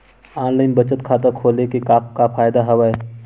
online बचत खाता खोले के का का फ़ायदा हवय